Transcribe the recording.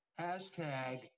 Hashtag